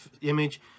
image